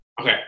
Okay